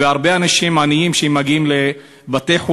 והרבה אנשים עניים מגיעים לבתי-חולים,